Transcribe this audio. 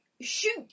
Shoot